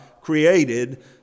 created